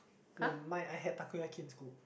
no mine I had Takoyaki in school